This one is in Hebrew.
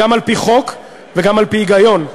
גם על-פי חוק וגם על-פי היגיון,